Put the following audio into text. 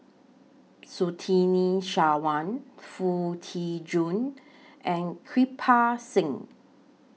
Surtini Sarwan Foo Tee Jun and Kirpal Singh